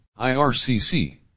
IRCC